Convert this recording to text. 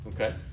Okay